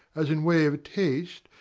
as in way of taste,